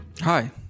Hi